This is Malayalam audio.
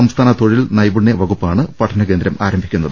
സംസ്ഥാന തൊഴിൽ നൈപുണ്യ വകുപ്പാണ് പഠന കേന്ദ്രം ആരംഭിക്കുന്നത്